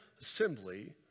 assembly